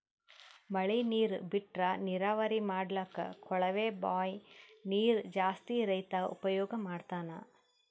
ಮಳಿ ನೀರ್ ಬಿಟ್ರಾ ನೀರಾವರಿ ಮಾಡ್ಲಕ್ಕ್ ಕೊಳವೆ ಬಾಂಯ್ ನೀರ್ ಜಾಸ್ತಿ ರೈತಾ ಉಪಯೋಗ್ ಮಾಡ್ತಾನಾ